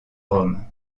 rome